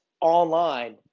online